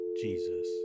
Jesus